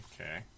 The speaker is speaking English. okay